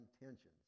intentions